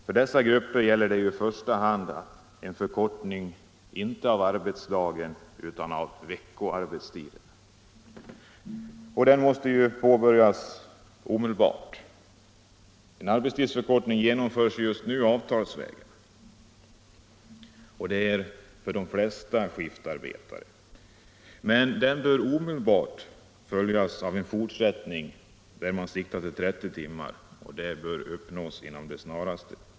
För dessa grupper gäller det inte i första hand en förkortning av arbetsdagen utan en förkortning av veckoarbetstiden — och den måste påbörjas omedelbart. En arbetstidsförkortning genomförs just nu avtalsvägen för de flesta skiftarbetare. Men den bör omedelbart följas av en fortsättning där man siktar till 30 timmar, och det resultatet bör uppnås med det snaraste.